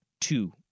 two